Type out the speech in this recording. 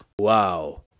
Wow